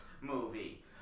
movie